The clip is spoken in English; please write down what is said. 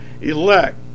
elect